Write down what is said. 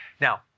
Now